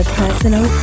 personal